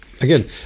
Again